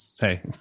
hey